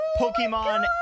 Pokemon